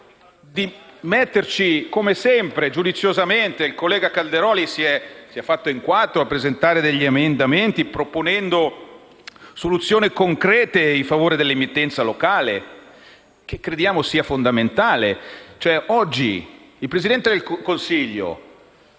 in esame. Giudiziosamente, il collega Calderoli si è fatto in quattro e ha presentato degli emendamenti per proporre soluzioni concrete in favore dell'emittenza locale, che crediamo sia fondamentale. Il Presidente del Consiglio